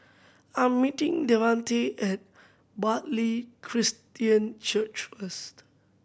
I'm meeting Devante at Bartley Christian Church first